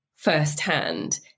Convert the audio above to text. firsthand